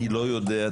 אני לא יודע,